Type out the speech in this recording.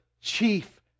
chief